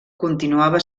continuava